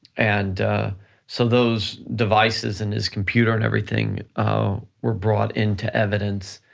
and so those devices in his computer and everything were brought into evidence,